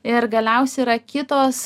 ir galiausia yra kitos